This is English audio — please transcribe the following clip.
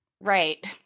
Right